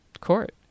court